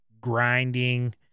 grinding